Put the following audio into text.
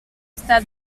està